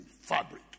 fabric